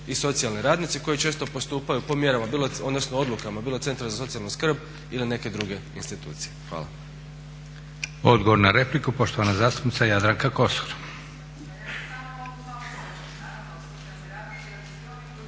i socijalni radnici koji često postupaju po mjerama odnosno odlukama bilo centra za socijalnu skrb ili neke druge institucije. Hvala.